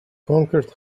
conquered